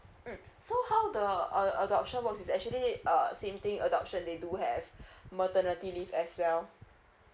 mm so how the uh adoption works is actually uh same thing adoption they do have maternity leave as well